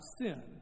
sin